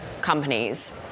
companies